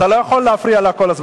אתה לא יכול להפריע לה כל הזמן.